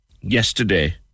yesterday